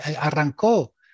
arrancó